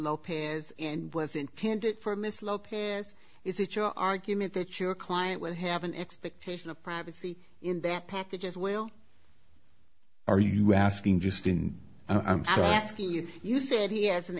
lopez and was intended for miss lopez is it your argument that your client would have an expectation of privacy in that package as well are you asking just and i'm asking you you said he has an